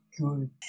good